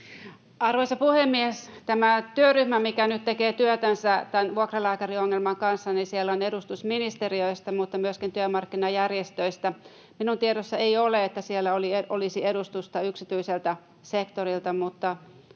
Arvoisa puhemies! Tässä työryhmässä, mikä nyt tekee työtänsä tämän vuokralääkäriongelman kanssa, on edustus ministeriöistä mutta myöskin työmarkkinajärjestöistä. Minun tiedossani ei ole, että siellä olisi edustusta yksityiseltä sektorilta. Mutta